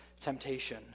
temptation